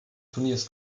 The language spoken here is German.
turniers